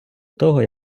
того